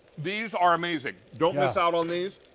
these are amazing, don't miss out on these.